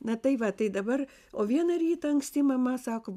na tai va tai dabar o vieną rytą anksti mama sako